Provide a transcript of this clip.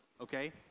okay